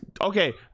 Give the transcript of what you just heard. okay